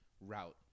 route